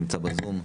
נמצא בזום,